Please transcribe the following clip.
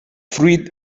fruit